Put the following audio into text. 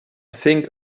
think